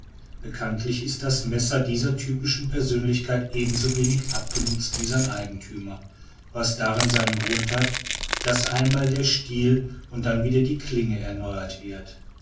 bekanntlich ist das messer dieser typischen persönlichkeit ebenso wenig abzunutzen wie sein eigenthümer was darin seinen grund hat daß einmal der stiel und dann wieder die klinge erneuert wird